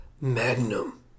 Magnum